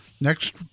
next